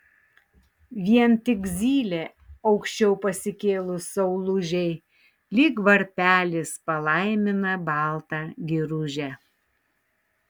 vien tik zylė aukščiau pasikėlus saulužei lyg varpelis palaimina baltą giružę